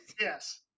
Yes